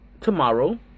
tomorrow